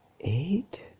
Eight